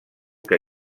que